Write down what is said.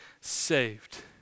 saved